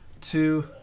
Two